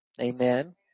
amen